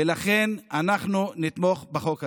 ולכן אנחנו נתמוך בחוק הזה.